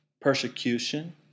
persecution